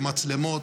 במצלמות,